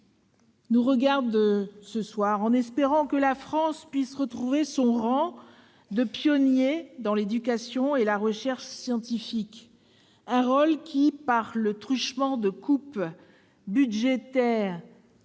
nous regardent ce soir, en espérant que la France puisse retrouver son rang de pionnier dans l'éducation et la recherche scientifique : par le truchement de coupes budgétaires,